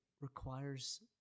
requires